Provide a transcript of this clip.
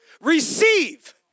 Receive